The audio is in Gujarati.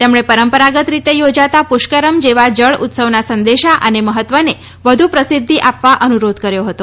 તેમણે પરંપરાગત રીતે યોજાતા પુષ્કરમ જેવા જળ ઉત્સવના સંદેશા અને મહત્વને વધુ પ્રસિધ્ધિ આપવા અનુરોધ કર્યો હતો